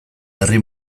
herri